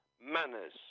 Manners